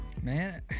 Man